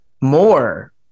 more